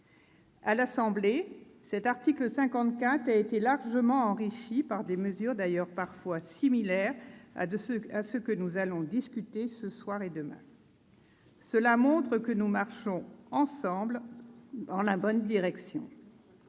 À l'Assemblée nationale, cet article 54 a été largement enrichi, d'ailleurs par des mesures parfois similaires à celles que nous allons discuter ce soir et demain. Cela montre que nous marchons ensemble dans la bonne direction.